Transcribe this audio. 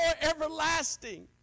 everlasting